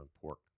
pork